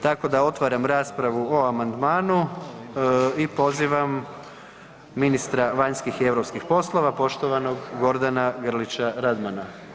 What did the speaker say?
Tako da otvaram raspravu o amandmanu i pozivam ministra vanjskih i europskih poslova poštovanog Gordana Grlića Radmana.